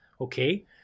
okay